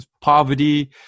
poverty